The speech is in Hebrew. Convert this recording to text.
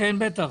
כן, בטח.